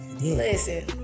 Listen